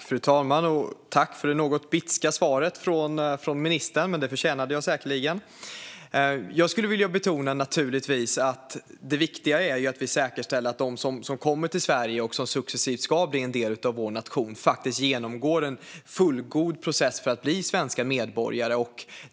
Fru talman! Tack för det något bitska svaret från ministern! Det förtjänade jag säkerligen. Jag vill betona att det viktiga är att vi säkerställer att de som kommer till Sverige och som successivt ska bli en del av vår nation genomgår en fullgod process för att bli svenska medborgare.